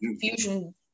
Fusion